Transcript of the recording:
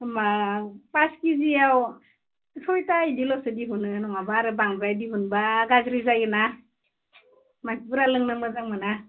एखमब्ला पास केजियाव सयथा इदिल'सो दिहुनो नङाब्ला आरो बांद्राय दिहुनब्ला गाज्रि जायो ना मानसिफोरा लोंनो मोजां मोना